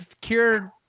cured